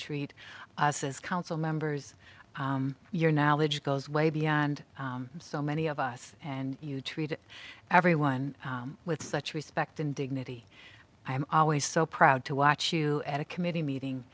treat us as council members your knowledge goes way beyond so many of us and you treat everyone with such respect and dignity i am always so proud to watch you at a committee meeting